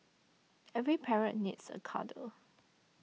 every parrot needs a cuddle